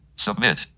Submit